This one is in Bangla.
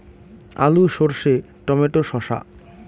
আলু সর্ষে টমেটো শসা